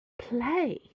play